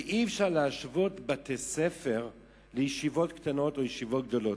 ואי-אפשר להשוות בתי-ספר לישיבות קטנות או ישיבות גדולות.